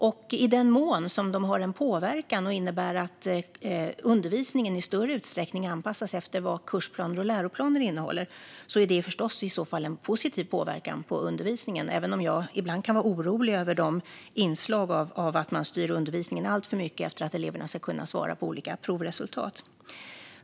I den mån de har en påverkan som innebär att undervisningen i större utsträckning anpassas efter vad kursplaner och läroplaner innehåller är det förstås en positiv påverkan, även om jag ibland kan vara orolig över att man styr undervisningen alltför mycket utifrån att eleverna ska kunna svara på olika prov.